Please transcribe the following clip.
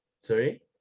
Sorry